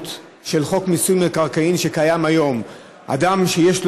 חוק מיסוי מקרקעין (שבח ורכישה)